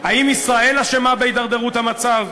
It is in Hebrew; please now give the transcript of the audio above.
האם ישראל אשמה בהידרדרות המצב?